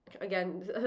again